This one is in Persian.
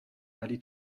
ولی